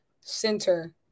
center